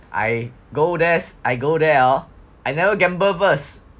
I go there I go there I never gamble first